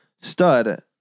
stud